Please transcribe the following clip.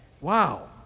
Wow